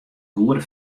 goede